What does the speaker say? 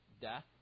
death